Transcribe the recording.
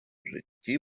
житті